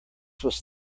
was